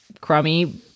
crummy